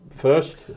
First